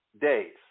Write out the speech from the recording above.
days